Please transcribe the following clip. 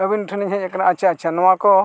ᱟᱹᱵᱤᱱ ᱴᱷᱤᱱᱤᱧ ᱦᱮᱡ ᱟᱠᱟᱱᱟ ᱟᱪᱪᱷᱟ ᱟᱪᱪᱷᱟ ᱱᱚᱣᱟ ᱠᱚ